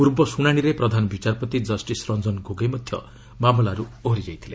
ପୂର୍ବ ଶୁଣାଣିରେ ପ୍ରଧାନ ବିଚାରପତି କଷ୍ଠିସ୍ ରଞ୍ଜନ ଗୋଗୋଇ ମଧ୍ୟ ମାମଲାରୁ ଓହରି ଯାଇଥିଲେ